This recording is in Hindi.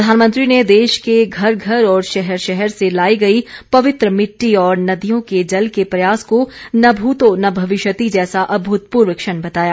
प्रधानमंत्री ने देश के घर घर और शहर शहर से लाई गई पवित्र मिट्टी और नदियों के जल के प्रयास को न भूतो न भविष्यति जैसा अभूतपूर्व क्षण बताया